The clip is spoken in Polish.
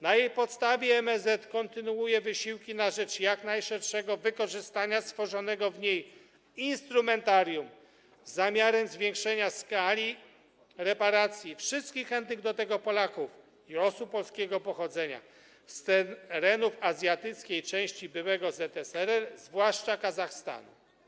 Na jej podstawie MSZ kontynuuje wysiłki na rzecz jak najszerszego wykorzystania stworzonego w niej instrumentarium z zamiarem zwiększenia skali repatriacji wszystkich chętnych do tego Polaków i osób polskiego pochodzenia z terenów azjatyckiej części byłego ZSRR, zwłaszcza Kazachstanu.